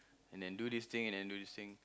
and then do this thing and then do this thing